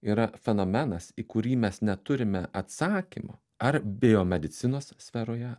yra fenomenas į kurį mes neturime atsakymo ar biomedicinos sferoje